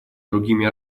другими